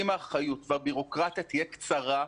אם האחריות והבירוקרטיה תהיה קצרה,